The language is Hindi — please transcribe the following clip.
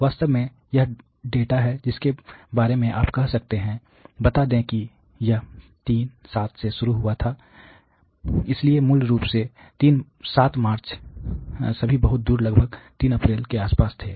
वास्तव में यह डेटा है जिसके बारे में आप कह सकते हैं बता दें कि यह 3 7 से शुरू हुआ था इसलिए मूल रूप से 7 मार्च सभी बहुत दूर लगभग 3 अप्रैल के आसपास थे